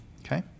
okay